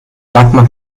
dagmar